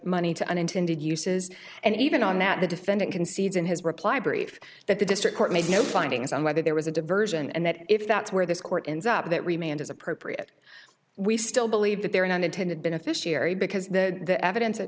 money to unintended uses and even on that the defendant concedes in his reply brief that the district court made no findings on whether there was a diversion and that if that's where this court ins up that remained as appropriate we still believe that there are no unintended beneficiary because the evidence